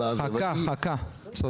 חכה, חכה, צודק.